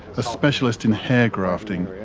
a specialist in hair grafting,